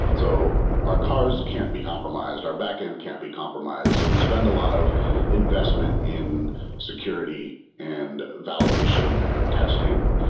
so our cars can't be compromised. our backend can't be compromised. so we spend a lot of investment in security and validation and testing,